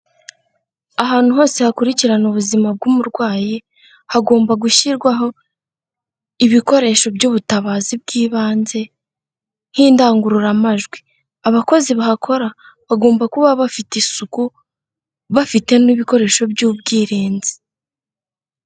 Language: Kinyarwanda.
Ahantu hose hakurikirana ubuzima bw'umurwayi, hagomba gushyirwaho ibikoresho by'ubutabazi bw'ibanze nk'indangururamajwi. Abakozi bahakora bagomba kuba bafite isuku bafite n'ibikoresho by'ubwirinzi.